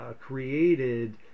created